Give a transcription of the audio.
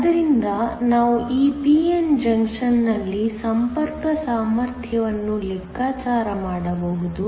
ಆದ್ದರಿಂದ ನಾವು ಈ p n ಜಂಕ್ಷನ್ ನಲ್ಲಿ ಸಂಪರ್ಕ ಸಾಮರ್ಥ್ಯವನ್ನು ಲೆಕ್ಕಾಚಾರ ಮಾಡಬಹುದು